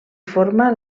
forma